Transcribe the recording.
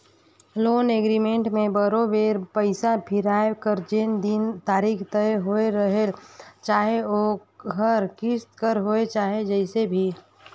loan agreement में बरोबेर पइसा फिराए कर जेन दिन तारीख तय होए रहेल चाहे ओहर किस्त कर होए चाहे जइसे भी